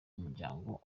w’umuryango